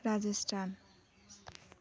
Rajasthan